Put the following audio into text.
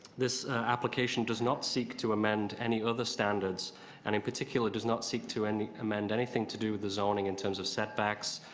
this application does not seek to amend any other standards and in particular does not seek to amend anything to do with the zoneing in terms of setbacks,